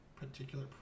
Particular